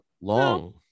long